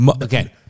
again